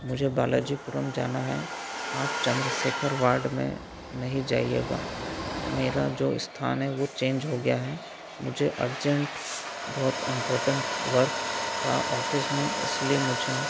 मुझे बालाजीपुरम जाना है आप चंद्रशेखर वार्ड में नहीं जाइएगा मेरा जो स्थान है वो चेंज हो गया है मुझे अर्जेंट बहुत इंर्पोटेंट वर्क था ऑफिस में इसलिए मुझे